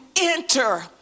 enter